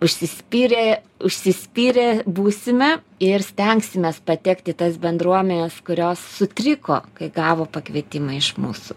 užsispyrė užsispyrę būsime ir stengsimės patekti į tas bendruomenes kurios sutriko kai gavo pakvietimą iš mūsų